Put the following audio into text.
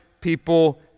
people